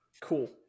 Cool